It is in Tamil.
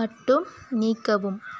மட்டும் நீக்கவும்